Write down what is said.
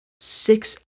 six